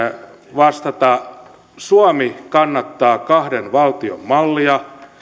vastata suomi kannattaa kahden valtion mallia